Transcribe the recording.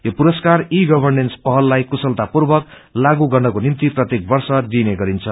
यो पुरस्कार e governance पहललाई कुशलतापूर्वक लागू गर्नको निम्ति प्रत्येक वर्ष दिइने गदिन्छ